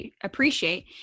appreciate